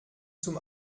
zum